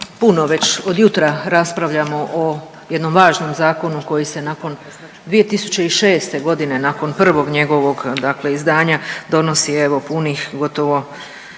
puno već od jutra raspravljamo o jednom važnom zakonu koji se nakon 2006.g., nakon prvog njegovog dakle izdanja donosi evo punih gotovo